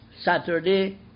Saturday